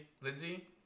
Lindsey